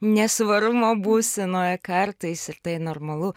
nesvarumo būsenoj kartais ir tai normalu